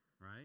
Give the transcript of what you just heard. Right